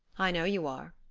i know you are.